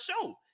show